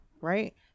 right